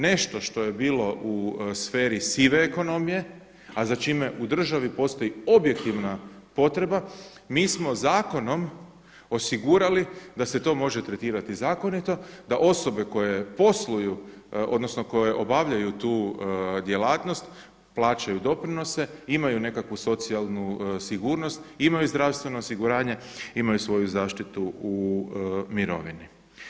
Nešto što je bilo u sferi sive ekonomije a za čime u državi postoji objektivna potreba mi smo zakonom osigurali da se to može tretirati zakonito, da osobe koje posluju, odnosno koje obavljaju tu djelatnost plaćaju doprinose, imaju nekakvu socijalnu sigurnost, imaju zdravstveno osiguranje, imaju svoju zaštitu u mirovini.